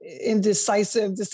indecisive